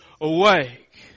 awake